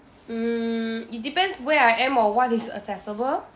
mm it depends where I am or what is accessible